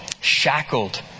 Shackled